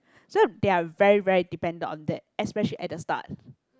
so they are very very dependent on that especially at the start